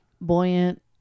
buoyant